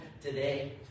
today